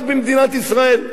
רק במדינת ישראל.